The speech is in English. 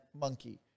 monkey